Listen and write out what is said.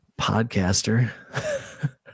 podcaster